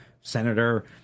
senator